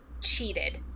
cheated